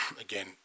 again